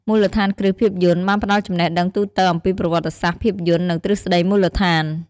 មូលដ្ឋានគ្រឹះភាពយន្ត បានផ្ដល់ចំណេះដឹងទូទៅអំពីប្រវត្តិសាស្ត្រភាពយន្ត និងទ្រឹស្តីមូលដ្ឋាន។